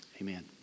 Amen